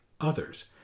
others